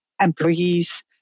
employees